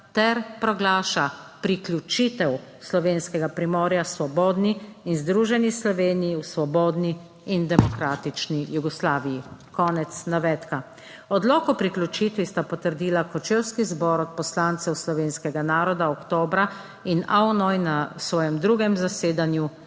ter proglaša priključitev Slovenskega primorja svobodni in združeni Sloveniji v svobodni in demokratični Jugoslaviji.« Konec navedka. Odlok o priključitvi sta potrdila kočevski Zbor odposlancev slovenskega naroda oktobra in AVNOJ na svojem drugem zasedanju